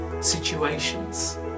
situations